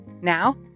Now